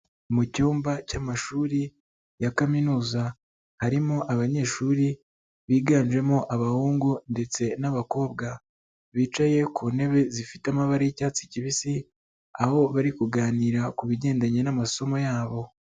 Mu cyumba cy'amashuri ya kaminuza, harimo abanyeshuri biganjemo abahungu ndetse n'abakobwa, bicaye ku ntebe zifite amabara y'icyatsi kibisi, aho bari kuganira ku bigendanye n'amasomo yabo.